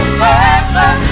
forever